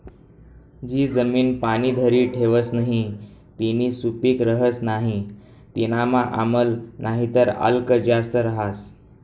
जी जमीन पाणी धरी ठेवस नही तीनी सुपीक रहस नाही तीनामा आम्ल नाहीतर आल्क जास्त रहास